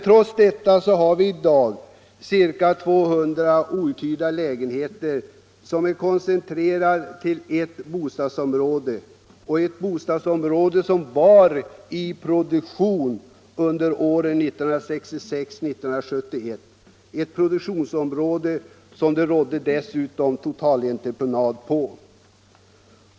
Trots detta har vi i dag ca 200 outhyrda lägenheter, vilka är koncentrerade till ert bostadsområde som var i produktion åren 1966-1971 — ett område som det dessutom rådde totalentreprenad på.